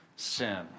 Sin